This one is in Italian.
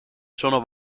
sono